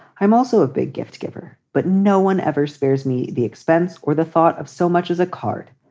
i'm also a big gift giver, but no one ever spares me the expense or the thought of so much as a card.